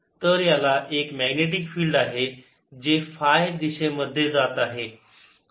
तर याला एक मॅग्नेटिक फिल्ड आहे जे फाय दिशेमध्ये जात आहे